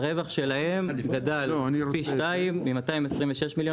הרווח שלהם גדל פי שניים מ-226 מיליון